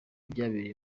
byabereye